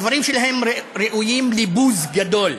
הדברים שלהם ראויים לבוז גדול.